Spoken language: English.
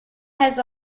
has